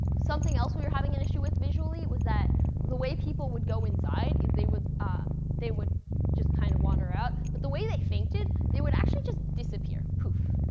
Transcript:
something else we were having an issue with visually was that the way people would go inside is they would um they would just kind of wander out. but the way they fainted, they would actually just disappear, proof.